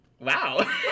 Wow